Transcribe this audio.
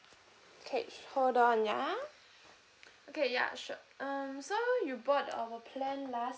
okay hold on ya okay ya sure um so you bought our plan last